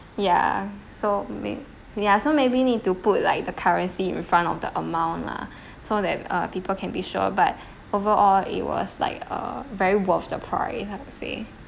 ya so may~ ya so maybe need to put like the currency in front of the amount lah so that err people can be sure but overall it was like err very worth the price I would say